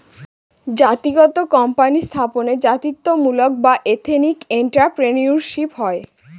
জাতিগত কোম্পানি স্থাপনে জাতিত্বমূলক বা এথেনিক এন্ট্রাপ্রেনিউরশিপ হয়